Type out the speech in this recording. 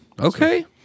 Okay